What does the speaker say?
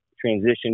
transition